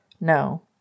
no